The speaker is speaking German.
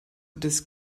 des